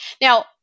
Now